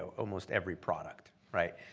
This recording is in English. almost every product, right?